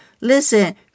Listen